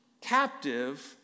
captive